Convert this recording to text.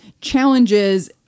challenges